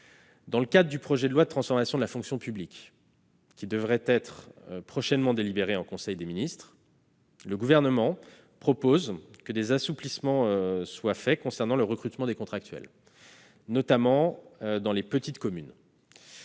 Dans le cadre du projet de loi de transformation de la fonction publique, qui devrait être prochainement délibéré en conseil des ministres, le Gouvernement propose des assouplissements sur le recrutement des contractuels, notamment dans les petites communes.